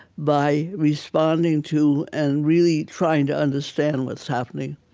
by responding to and really trying to understand what's happening,